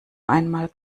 einmal